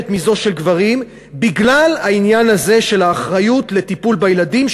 מזו של גברים בגלל העניין הזה של האחריות לטיפול בילדים,